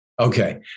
Okay